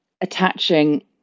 attaching